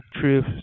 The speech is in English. Truth